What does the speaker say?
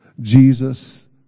Jesus